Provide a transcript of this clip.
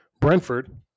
Brentford